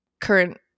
current